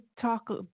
talk